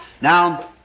Now